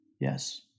Yes